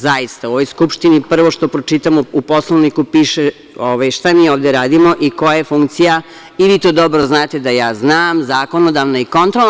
Zaista, u ovoj Skupštini prvo što pročitamo u Poslovniku piše šta mi ovde radimo i koja je funkcija, i vi to dobro znate da ja znam, zakonodavna i kontrolna.